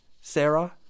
Sarah